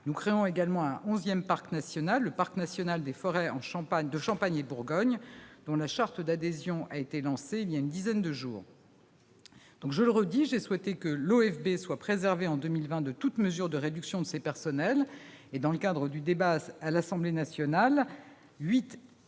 Nous allons également créer un onzième parc national, le parc national des forêts de Champagne et Bourgogne, dont la charte d'adhésion a été lancée il y a une dizaine de jours. Je le redis, j'ai souhaité que l'OFB soit préservé en 2020 de toute mesure de réduction de ses personnels. L'Assemblée nationale a accordé